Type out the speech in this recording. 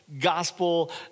gospel